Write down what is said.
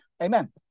Amen